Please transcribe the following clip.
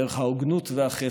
דרך ההוגנות והחסד,